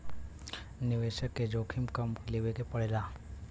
निवेसक के जोखिम कम लेवे के पड़ेला